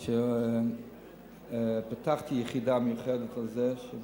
כי שם השכר הוא 88,000 שקל לחודש.